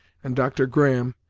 and dr. graham,